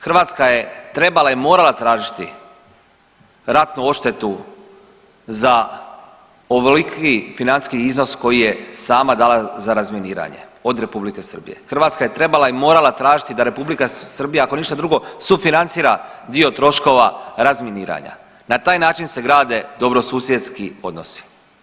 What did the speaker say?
Hrvatska je trebala i morala tražiti ratnu odštetu za ovoliki financijski iznos koji je sama dala za razminiranje od Republike Srbije, Hrvatska je trebala i morala tražiti da Republika Srbija ako ništa drugo sufinancira dio troškova razminiranja, na taj način se grade dobrosusjedski odnosi.